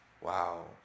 wow